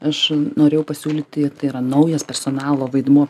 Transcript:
aš norėjau pasiūlyti tai yra naujas personalo vaidmuo